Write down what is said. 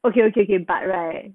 okay okay okay but like